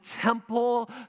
temple